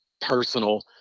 personal